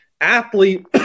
athlete